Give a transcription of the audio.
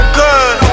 good